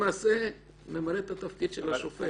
למעשה ממלא את התפקיד של השופט.